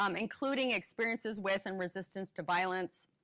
um including experiences with and resistance to violent,